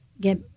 get